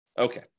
Okay